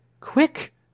Quick